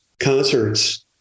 concerts